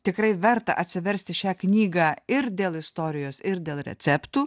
tikrai verta atsiversti šią knygą ir dėl istorijos ir dėl receptų